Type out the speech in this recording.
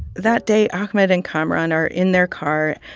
that day, ahmed and kamaran are in their car.